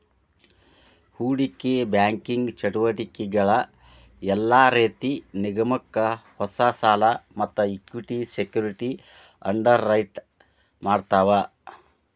ಹೂಡಿಕಿ ಬ್ಯಾಂಕಿಂಗ್ ಚಟುವಟಿಕಿಗಳ ಯೆಲ್ಲಾ ರೇತಿ ನಿಗಮಕ್ಕ ಹೊಸಾ ಸಾಲಾ ಮತ್ತ ಇಕ್ವಿಟಿ ಸೆಕ್ಯುರಿಟಿ ಅಂಡರ್ರೈಟ್ ಮಾಡ್ತಾವ